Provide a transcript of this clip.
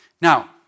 Now